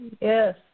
Yes